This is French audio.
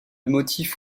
motif